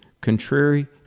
contrary